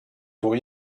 for